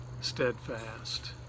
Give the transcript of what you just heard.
steadfast